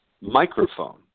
microphone